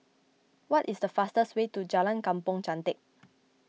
what is the fastest way to Jalan Kampong Chantek